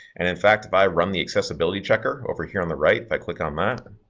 and in fact by run the accessibility checker over here on the right, i click on that,